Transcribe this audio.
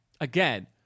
again